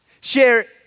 share